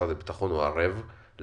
משרד הביטחון יהיה ערב לסיוע,